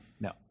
No